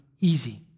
easy